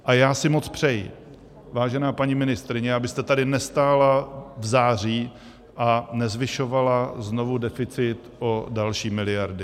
A já si moc přeji, vážená paní ministryně, abyste tady nestála v září a nezvyšovala znovu deficit o další miliardy.